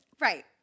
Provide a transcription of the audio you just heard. Right